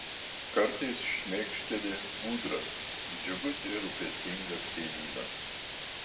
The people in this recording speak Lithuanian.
kartais šmėkšteli ūdras džiugus ir rūpestingas kaimynas